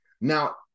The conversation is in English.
Now